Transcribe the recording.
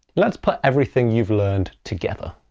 let's put everything you've learned together.